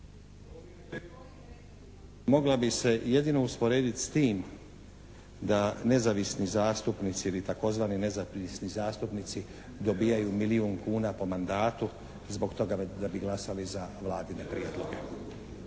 mogla bi se jedino usporediti s tim da nezavisni zastupnici ili tzv. nezavisni zastupnici dobijaju milijun kuna po mandatu zbog toga da bi glasali za vladine prijedloge.